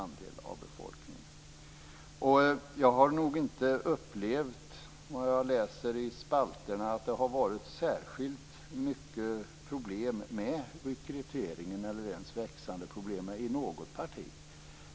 När jag läst i spalterna har jag nog inte upplevt att det varit särskilt mycket problem med rekryteringen eller ens växande problem i något parti.